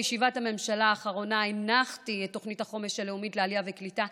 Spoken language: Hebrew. בישיבת הממשלה האחרונה הנחתי את תוכנית החומש הלאומית לעלייה וקליטה,